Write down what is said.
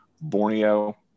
Borneo